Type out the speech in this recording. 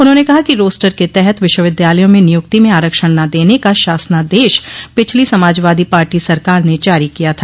उन्होंने कहा कि रोस्टर के तहत विश्वविद्यालयों में नियुक्ति में आरक्षण न देने का शासनादेश पिछली समाजवादी पार्टी सरकार ने जारी किया था